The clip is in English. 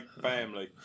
family